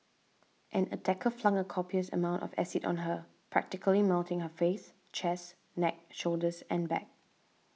an attacker flung a copious amount of acid on her practically melting her face chest neck shoulders and back